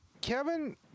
Kevin